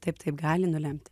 taip tai gali nulemti